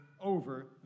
over